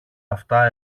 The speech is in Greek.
αυτά